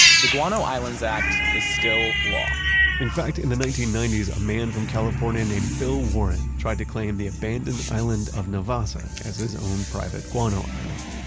the guano islands act is still law in fact, in the nineteen ninety s a man from california named bill warren tried to claim the abandoned island of nevassa as his own private guano island.